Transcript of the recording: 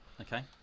Okay